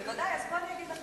בוודאי, אז בוא אני אגיד לך.